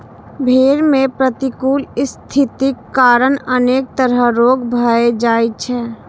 भेड़ मे प्रतिकूल स्थितिक कारण अनेक तरह रोग भए जाइ छै